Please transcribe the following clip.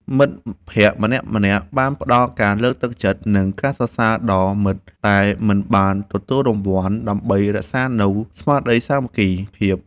មិត្តភក្តិម្នាក់ៗបានផ្ដល់ការលើកទឹកចិត្ត និងការសរសើរដល់មិត្តដែលមិនបានទទួលរង្វាន់ ដើម្បីរក្សានូវស្មារតីសាមគ្គីភាព។